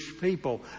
people